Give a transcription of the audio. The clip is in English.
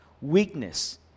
weakness